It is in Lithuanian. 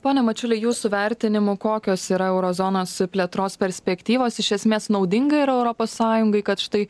pone mačiuli jūsų vertinimu kokios yra euro zonos plėtros perspektyvos iš esmės naudinga ir europos sąjungai kad štai